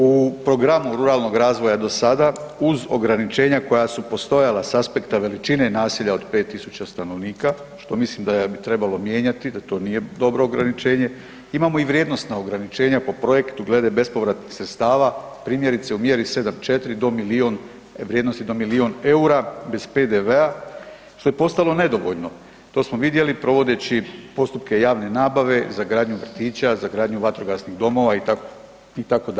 U Programu ruralnog razvoja, do sada, uz ograničenja koja su postojala s aspekta veličine naselja od 5 tisuća stanovnika, što mislim da bi trebalo mijenjati, da to nije dobro ograničenje, imamo i vrijednosna ograničenja po projektu glede bespovratnih sredstava, primjerice u mjeri 7.4 do milijun, vrijednosti do milijun eura, bez PDV-a, što je postalo nedovoljno, to smo vidjeli provodeći postupke javne nabave za gradnju vrtića, za gradnju vatrogasnih domova, itd.